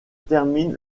termine